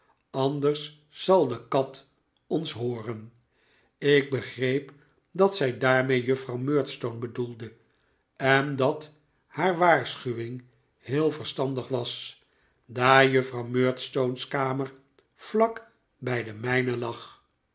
anders zal de kat ons hooren ik begreep dat zij daarmee juffrouw murdstone bedoelde en dat haar waarschuwing heel verstandig was daar juffrouw murdstpne's kamer vlak bij de mijne lag